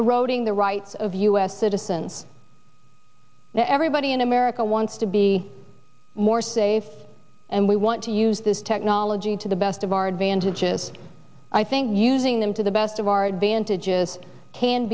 a roading the rights of us citizens everybody in america wants to be more safe and we want to use this technology to the best of our advantages i think using them to the best of our advantages can